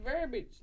verbiage